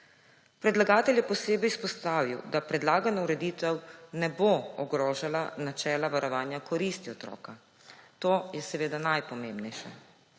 Predlagatelj je posebej izpostavil, da predlagana ureditev ne bo ogrožala načela varovanja koristi otroka. To je seveda najpomembnejše.